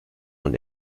und